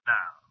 now